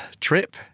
trip